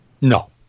No